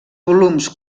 volums